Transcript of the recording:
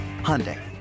Hyundai